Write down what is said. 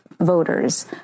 voters